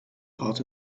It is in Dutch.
gehad